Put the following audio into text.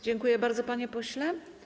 Dziękuję bardzo, panie pośle.